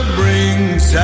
brings